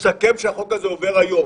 ההצעה הזאת להסמיך את השב"כ היא לא מקצועית,